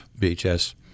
VHS